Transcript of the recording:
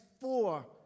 four